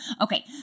Okay